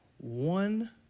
One